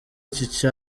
iki